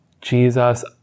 Jesus